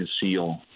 seal